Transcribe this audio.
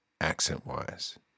accent-wise